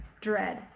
dread